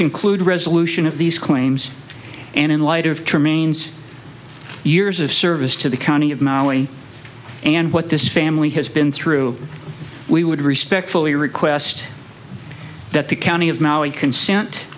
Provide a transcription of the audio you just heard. conclude resolution of these claims and in light of trains years of service to the county of molly and what this family has been through we would respectfully request that the county of maui consent